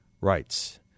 rights